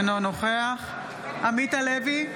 אינו נוכח עמית הלוי,